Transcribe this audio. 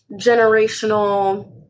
generational